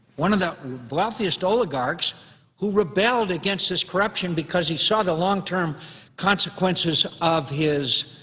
one of the wealthiest oligarchs who rebelled against this corruption because he saw the long-term consequences of his